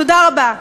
תודה רבה.